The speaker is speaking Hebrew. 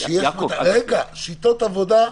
שיטות עבודה,